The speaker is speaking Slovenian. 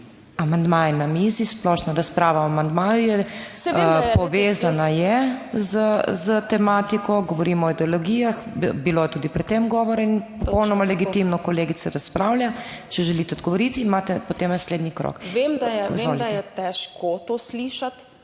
Amandma je na mizi. Splošna razprava o amandmaju je, povezana je s tematiko, govorimo o ideologijah, bilo je tudi pred tem govora in popolnoma legitimno kolegica razpravlja. če želite odgovoriti imate potem naslednji krog. Izvolite.